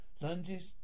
lunges